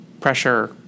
pressure